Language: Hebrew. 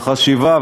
בחשיבה,